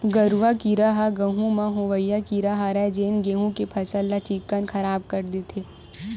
गरुआ कीरा ह गहूँ म होवइया कीरा हरय जेन गेहू के फसल ल चिक्कन खराब कर डरथे